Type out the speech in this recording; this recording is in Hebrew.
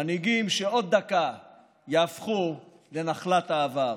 מנהיגים שעוד דקה יהפכו לנחלת העבר.